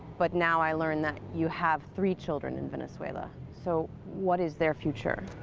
but now i learn that you have three children in venezuela. so, what is their future?